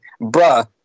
Bruh